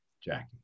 Jackie